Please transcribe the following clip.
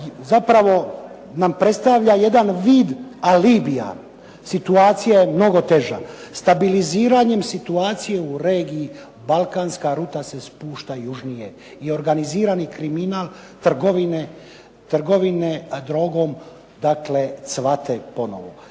zapravo nam predstavlja jedan vid alibija, situacija je mnogo teža. Stabiliziranjem situacije u regiji balkanska ruta se spušta južnije i organizirani kriminal, trgovine drogom, dakle cvate ponovo.